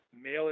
male